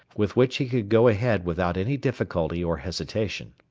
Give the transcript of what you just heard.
with which he could go ahead without any difficulty or hesitation.